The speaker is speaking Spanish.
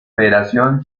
federación